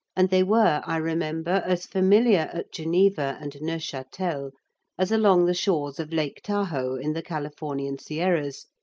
and they were, i remember, as familiar at geneva and neuchatel as along the shores of lake tahoe in the californian sierras,